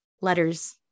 letters